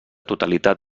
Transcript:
totalitat